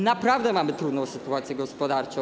Naprawdę mamy trudną sytuację gospodarczą.